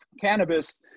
cannabis